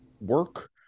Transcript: work